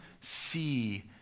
see